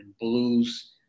blues